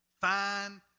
fine